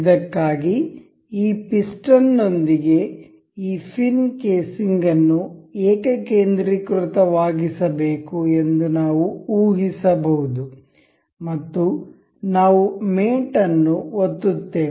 ಇದಕ್ಕಾಗಿ ಈ ಪಿಸ್ಟನ್ ನೊಂದಿಗೆ ಈ ಫಿನ್ ಕೇಸಿಂಗ್ ಅನ್ನು ಏಕಕೇಂದ್ರೀಕೃತವಾಗಿಸಬೇಕು ಎಂದು ನಾವು ಊಹಿಸಬಹುದು ಮತ್ತು ನಾವು ಮೇಟ್ ಅನ್ನು ಒತ್ತುತ್ತೇವೆ